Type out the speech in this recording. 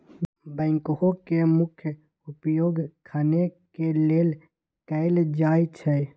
backhoe के मुख्य उपयोग खने के लेल कयल जाइ छइ